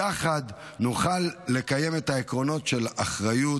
יחד נוכל לקיים את העקרונות של אחריות,